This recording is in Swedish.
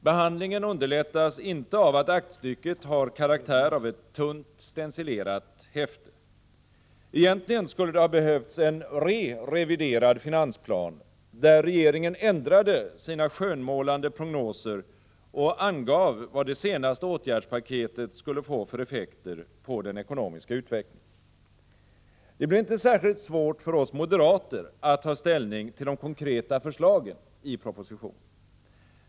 Behandlingen underlättas inte av att aktstycket har karaktär av ett tunt stencilerat häfte. Egentligen skulle det ha behövts en re-reviderad finansplan, där regeringen ändrade sina skönmålande prognoser och angav vad det senaste åtgärdspaketet skulle få för effekter på den ekonomiska utvecklingen. Det blir inte särskilt svårt för oss moderater att ta ställning till de konkreta förslagen i propositionen.